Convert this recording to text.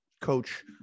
coach